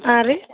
ಹಾಂ ರೀ